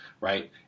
Right